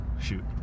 shoot